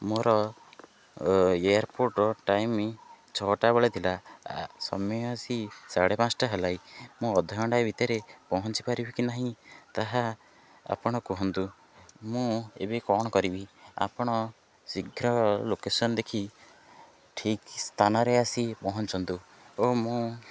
ମୋର ଏୟାରପୋର୍ଟର ଟାଇମ ଛଅଟା ବେଳେ ଥିଲା ସମୟ ଆସି ସାଢ଼େ ପାଞ୍ଚଟା ହେଲାଇ ମୁଁ ଅଧଘଣ୍ଟା ଭିତରେ ପହଞ୍ଚି ପାରିବି କି ନାହିଁ ତାହା ଆପଣ କୁହନ୍ତୁ ମୁଁ ଏବେ କ'ଣ କରିବି ଆପଣ ଶୀଘ୍ର ଲୋକେଶନ ଦେଖି ଠିକ ସ୍ଥାନରେ ଆସି ପହଞ୍ଚନ୍ତୁ ଓ ମୁଁ